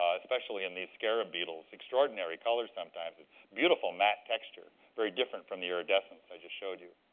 especially in these scarab beetles. extraordinary color sometimes, a beautiful matte texture. very different from the iridescence i just showed you.